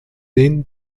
den